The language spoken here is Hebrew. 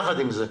יחד עם זאת,